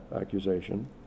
accusation